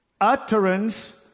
utterance